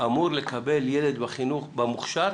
אמור לקבל ילד בחינוך המיוחד